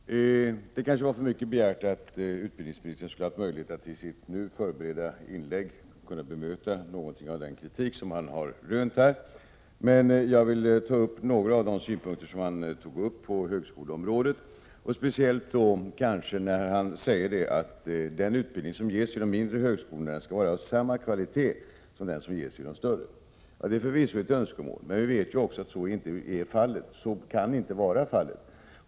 Herr talman! Det var kanske för mycket begärt att förvänta sig att utbildningsministern skulle ha haft möjlighet att i sitt nu förberedda inlägg bemöta något av den kritik som han har rönt, men jag vill beröra några av de synpunkter som han tog upp beträffande högskoleområdet, speciellt kanske hans uttalande att den utbildning som ges vid de mindre högskolorna skall vara av samma kvalitet som den som ges vid de större. Det är förvisso ett önskemål, men vi vet ju också att så inte är fallet, att så inte kan vara fallet.